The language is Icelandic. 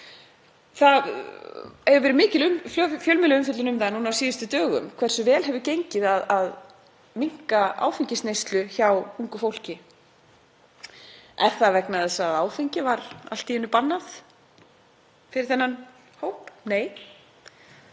Það hefur verið mikil fjölmiðlaumfjöllun um það núna á síðustu dögum hversu vel hefur gengið að minnka áfengisneyslu hjá ungu fólki. Er það vegna þess að áfengi var allt í einu bannað fyrir þennan hóp? Nei,